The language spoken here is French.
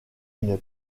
une